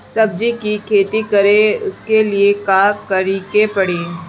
सब्जी की खेती करें उसके लिए का करिके पड़ी?